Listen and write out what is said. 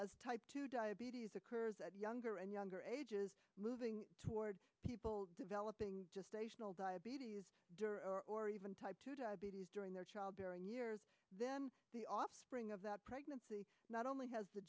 as type two diabetes occurs at younger and younger ages moving towards people developing just a general diabetes or even type two diabetes during their childbearing years then the offspring of that pregnancy not only has the